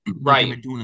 Right